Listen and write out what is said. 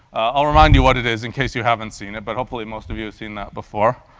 i'll remind you what it is in case you haven't seen it, but hopefully most of you seen that before.